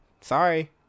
Sorry